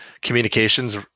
communications